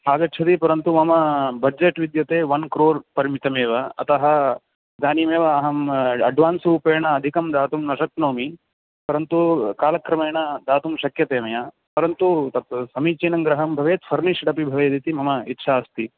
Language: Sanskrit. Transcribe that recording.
आगच्छति परन्तु मम बजेट् विद्यते वन् क्रोर् परिमितमेव अतः इदानीमेव अहम् अड्वान्स् रूपेण अधिकं दातुं न शक्नोमि परन्तु कालक्रमेण दातुं शक्यते मया परन्तु तत् समीचीनं गृहं भवेत् फ़र्निश्ड् अपि भवेदिति मम इच्छा अस्ति